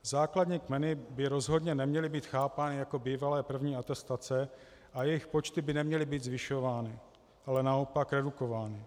Základní kmeny by rozhodně neměly být chápány jako bývalé první atestace a jejich počty by neměly být zvyšovány, ale naopak redukovány.